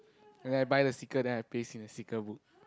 and then I buy the sticker then I paste in the sticker book